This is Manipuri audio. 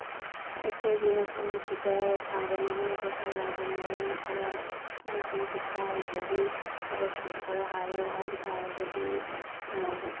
ꯑꯩꯈꯣꯏꯒꯤ ꯃꯐꯝ ꯑꯁꯤꯗ ꯁꯥꯕ ꯃꯔꯨꯑꯣꯏꯕ ꯀꯥꯂꯥꯒꯤ ꯃꯑꯣꯡ ꯈꯔ ꯑꯃꯁꯨꯡ ꯈꯨꯠꯁꯥ ꯍꯩꯕꯒꯤ ꯊꯕꯛꯁꯤꯡ ꯈꯔ ꯍꯥꯏꯌꯣ ꯍꯥꯏꯕ ꯇꯥꯔꯒꯗꯤ